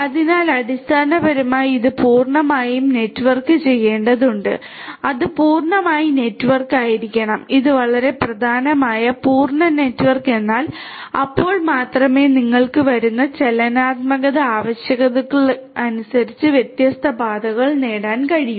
അതിനാൽ അടിസ്ഥാനപരമായി ഇത് പൂർണ്ണമായും നെറ്റ്വർക്ക് ചെയ്യേണ്ടതുണ്ട് അത് പൂർണ്ണമായി നെറ്റ്വർക്ക് ആയിരിക്കണം ഇത് വളരെ പ്രധാനമാണ് പൂർണ്ണ നെറ്റ്വർക്ക് എന്നാൽ അപ്പോൾ മാത്രമേ നിങ്ങൾക്ക് വരുന്ന ചലനാത്മക ആവശ്യകതകൾക്കനുസരിച്ച് വ്യത്യസ്ത പാതകൾ നേടാൻ കഴിയൂ